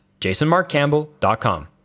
jasonmarkcampbell.com